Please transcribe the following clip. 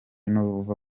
n’uruva